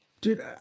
Dude